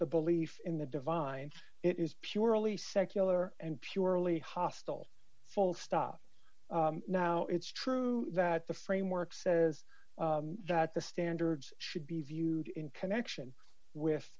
the belief in the divine it is purely secular and purely hostile full stop now it's true that the framework says that the standards should be viewed in connection with